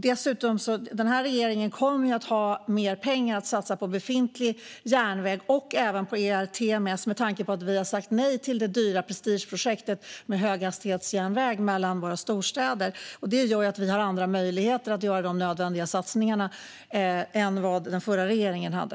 Regeringen kommer dessutom att ha mer pengar att satsa på befintlig järnväg, och även på ERTMS, med tanke på att vi har sagt nej till det dyra prestigeprojektet med höghastighetsjärnväg mellan våra storstäder. Det gör att vi har andra möjligheter att göra de nödvändiga satsningarna än vad den förra regeringen hade.